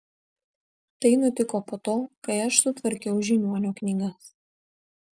tai nutiko po to kai aš sutvarkiau žiniuonio knygas